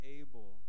able